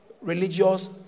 religious